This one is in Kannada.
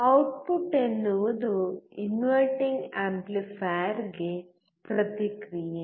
ಔಟ್ಪುಟ್ ಎನ್ನುವುದು ಇನ್ವರ್ಟಿಂಗ್ ಆಂಪ್ಲಿಫೈಯರ್ಗೆ ಪ್ರತಿಕ್ರಿಯೆ